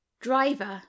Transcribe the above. Driver